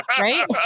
Right